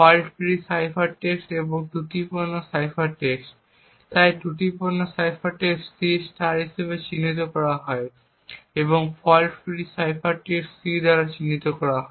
fault free cipher text এবং ত্রুটিপূর্ণ cipher text তাই ত্রুটিপূর্ণ সাইফার টেক্সট C হিসেবে চিহ্নিত করা হয় এবং fault free cipher text C দ্বারা চিহ্নিত করা হয়